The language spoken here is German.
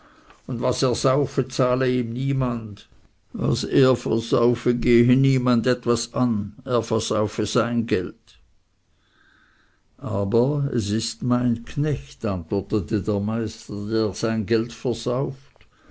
und was er saufe zahle ihm niemand was er versaufe gehe niemand an er versaufe sein geld aber es ist mein knecht antwortete der meister der sein geld versauft